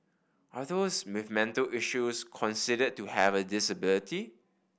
are those with mental issues considered to have a disability